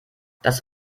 das